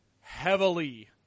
heavily